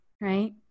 right